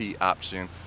option